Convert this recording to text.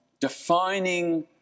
defining